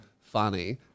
funny